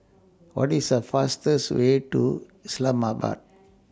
What IS The fastest Way to Islamabad